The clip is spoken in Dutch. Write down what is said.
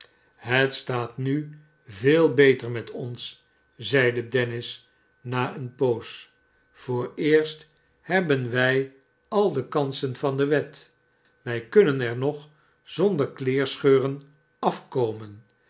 het staat nu veel beter met ons zeide dennis na eene poos vooreerst hebben wij al de kansen van de wet wij kunnen er nog wonder kleerscheuren afkomen